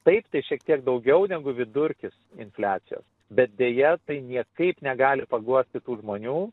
taip tai šiek tiek daugiau negu vidurkis infliacijos bet deja tai niekaip negali paguosti tų žmonių